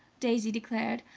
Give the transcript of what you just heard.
daisy declared.